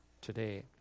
today